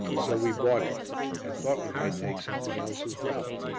so we bought it and thought we might take something else as well.